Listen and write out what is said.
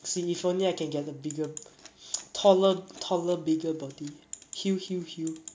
sian if only I can get the bigger taller taller bigger body hu hu hu